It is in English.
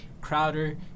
Crowder